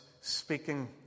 speaking